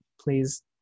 please